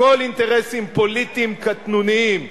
הכול אינטרסים פוליטיים קטנוניים,